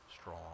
Strong